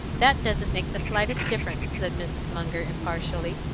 that doesn't make the slightest difference, said mrs. munger impartially.